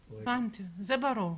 הבנתי, זה ברור.